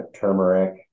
turmeric